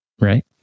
right